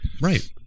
right